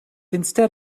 instead